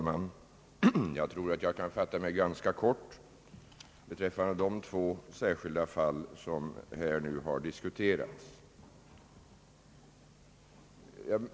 Herr talman! Jag kan fatia mig ganska kort beträffande de två särskilda fall som nu har diskuterats här.